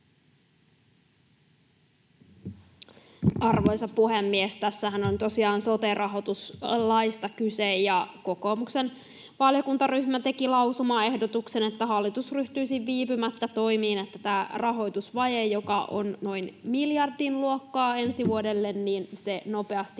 Arvoisa puhemies! Tässähän on tosiaan sote-rahoituslaista kyse. Kokoomuksen valiokuntaryhmä teki lausumaehdotuksen, että hallitus ryhtyisi viipymättä toimiin, että tämä rahoitusvaje, joka on noin miljardin luokkaa ensi vuodelle, nopeasti